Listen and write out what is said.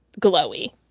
glowy